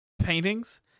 paintings